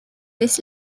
this